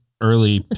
early